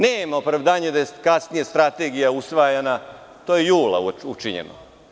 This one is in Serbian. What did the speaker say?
Nema opravdanja da je kasnije Strategija usvajana, to je jula učinjeno.